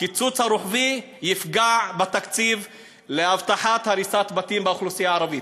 הקיצוץ הרוחבי יפגע בתקציב לאבטחת הריסת בתים באוכלוסייה הערבית,